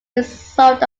result